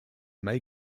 may